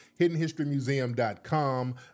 HiddenHistoryMuseum.com